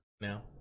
Now